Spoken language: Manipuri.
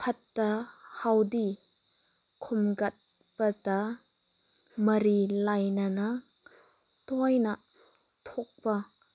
ꯐꯠꯇ ꯍꯥꯎꯗꯤ ꯈꯣꯝꯒꯠꯄꯗ ꯃꯔꯤ ꯂꯩꯅꯅ ꯇꯣꯏꯅ ꯊꯣꯛꯄ